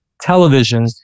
television